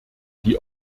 die